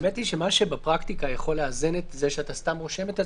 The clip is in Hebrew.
מה שבפרקטיקה יכול לאזן את זה שאתה סתם רושם את עצמך,